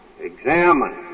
Examine